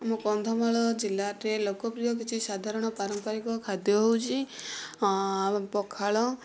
ଆମ କନ୍ଧମାଳ ଜିଲ୍ଲାରେ ଲୋକପ୍ରିୟ କିଛି ସାଧାରଣ ପାରମ୍ପାରିକ ଖାଦ୍ୟ ହେଉଛି ଆମ ପଖାଳ